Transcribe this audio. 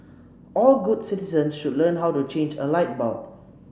all good citizens should learn how to change a light bulb